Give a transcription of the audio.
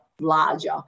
larger